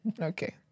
Okay